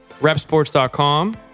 repsports.com